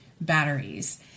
batteries